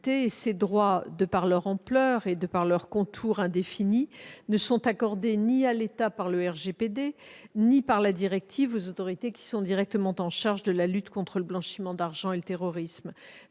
Ces droits, de par leur ampleur et en raison de leurs contours indéfinis, ne sont accordés ni à l'État par le RGPD ni par la directive aux autorités qui sont directement chargées de la lutte contre le blanchiment d'argent et le terrorisme.